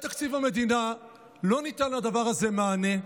בתקציב המדינה לא ניתן לדבר הזה מענה,